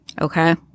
Okay